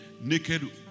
naked